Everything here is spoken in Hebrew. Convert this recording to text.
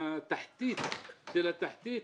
מהתחתית של התחתית,